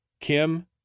Kim